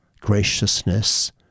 graciousness